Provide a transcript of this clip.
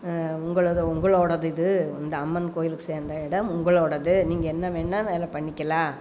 உங்களது உங்களோடயது இது இந்த அம்மன் கோவிலுக்கு சேர்ந்த இடம் உங்களோடயது நீங்கள் என்ன வேண்ணால் வேலை பண்ணிக்கலாம்